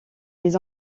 les